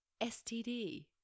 STD